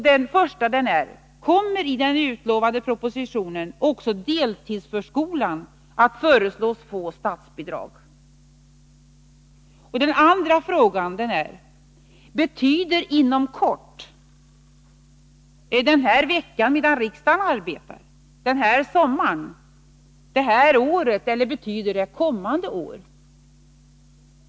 Den första lyder: Kommer i den utlovade propositionen också deltidsförskolan att föreslås få statsbidrag? Den andra frågan är: Betyder ”inom kort” den här veckan, alltså medan riksdagen arbetar? Den här sommaren? Det här året? Eller betyder det kommande år?